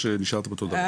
או שנשארתם אותו דבר?